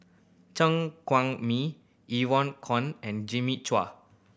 Chen Mee Evon and Jimmy Chua